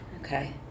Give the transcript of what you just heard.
Okay